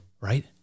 right